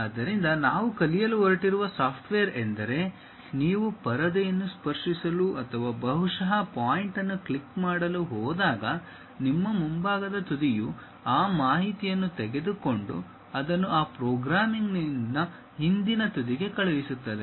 ಆದ್ದರಿಂದ ನಾವು ಕಲಿಯಲು ಹೊರಟಿರುವ ಸಾಫ್ಟ್ವೇರ್ ಎಂದರೆ ನೀವು ಪರದೆಯನ್ನು ಸ್ಪರ್ಶಿಸಲು ಅಥವಾ ಬಹುಶಃ ಪಾಯಿಂಟ್ ಅನ್ನು ಕ್ಲಿಕ್ ಮಾಡಲು ಹೋದಾಗ ನಿಮ್ಮ ಮುಂಭಾಗದ ತುದಿಯು ಆ ಮಾಹಿತಿಯನ್ನು ತೆಗೆದುಕೊಂಡು ಅದನ್ನು ಆ ಪ್ರೋಗ್ರಾಮಿಂಗ್ನ ಹಿಂದಿನ ತುದಿಗೆ ಕಳುಹಿಸುತ್ತದೆ